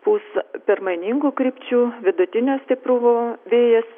pūs permainingų krypčių vidutinio stiprumo vėjas